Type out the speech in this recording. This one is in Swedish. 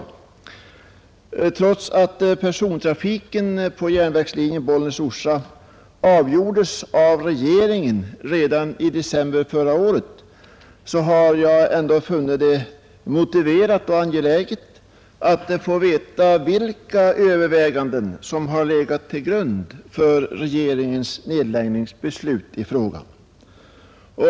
Trots att frågan om nedläggning av persontrafiken på järnvägslinjen Bollnäs— Orsa avgjordes av regeringen redan i december förra året har jag funnit det motiverat och angeläget att få veta vilka överväganden som har legat till grund för beslutet.